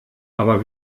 aber